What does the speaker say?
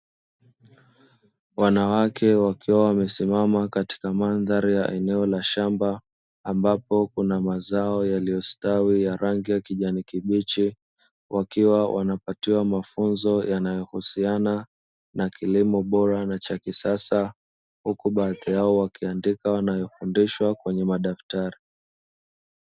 Wanawake wakiwa wamesimama katika mandhari ya eneo la shamba ambapo kuna mazao yaliyo stawi ya rangi ya kijani kibichi, wakiwa wanapatiwa mafunzo yanayohusiana na kilimo bora na cha kisasa, huku baadhi yao wakiandika wanayo fundishwa kwenye madaftari.